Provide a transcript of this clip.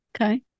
Okay